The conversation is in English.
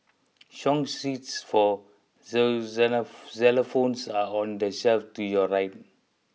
song sheets for xylophones are on the shelf to your right